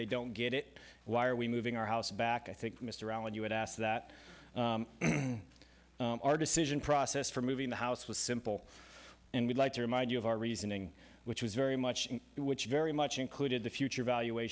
they don't get it why are we moving our house back i think mr allen you would ask that our decision process for moving the house was simple and we'd like to remind you of our reasoning which was very much it which very much included the future valu